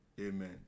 amen